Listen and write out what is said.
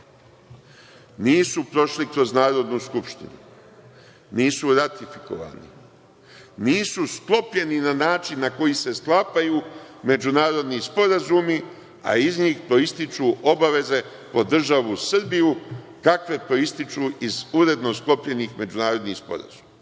Nisu prošli kroz Narodnu skupštinu, nisu ratifikovani, nisu sklopljeni na način na koji se sklapaju međunarodni sporazumi, a iz njih proističu obaveze po državu Srbiju, kakve proističu iz uredno sklopljenih međunarodnih sporazuma.